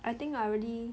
I think I already